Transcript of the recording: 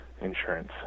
insurance